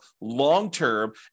long-term